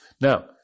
Now